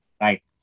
Right